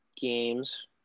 games